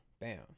bam